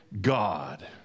God